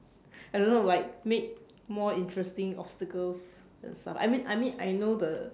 I don't know like make more interesting obstacles and stuff I mean I mean I know the